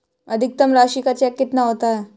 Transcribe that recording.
अधिकतम राशि का चेक कितना होता है?